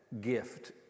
gift